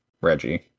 Reggie